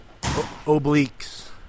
Obliques